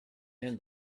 and